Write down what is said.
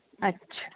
अच्छा